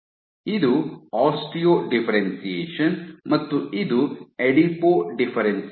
ಇದು osteo differentiation ಮತ್ತು ಇದು ಅಡಿಪೋ ಡಿಫ್ಫೆರೆನ್ಶಿಯೇಷನ್